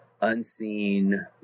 unseen